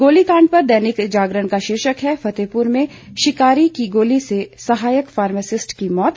गोली कांड पर दैनिक जागरण का शीर्षक है फतेहपुर में शिकारी की गोली से सहायक फार्मासिस्ट की मौत